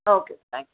okay thank you